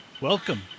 Welcome